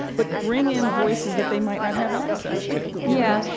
but bring in voices that they might not have access to yeah.